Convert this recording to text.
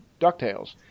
Ducktales